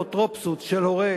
אפוטרופסות של הורה,